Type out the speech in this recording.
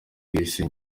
bw’isi